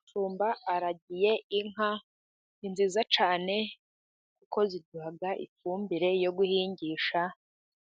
Umushumba aragiye inka, ni nziza cyane kuko ziduha ifumbire yo guhingisha